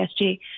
ESG